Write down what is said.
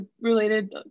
related